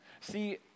See